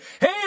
Hey